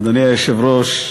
אדוני היושב-ראש,